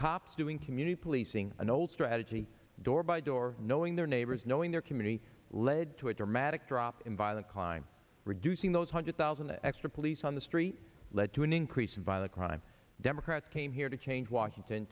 cops doing community policing an old strategy door by door knowing their neighbors knowing their community led to a dramatic drop in violent crime reducing those hundred thousand extra lease on the street led to an increase in violent crime democrats came here to change washington